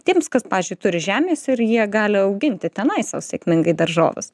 tiems kas pavyzdžiui turi žemės ir jie gali auginti tenais sau sėkmingai daržoves